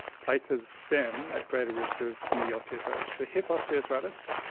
places them at greater risk of knee osteoarthritis. for hip osteoarthritis,